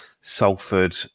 Salford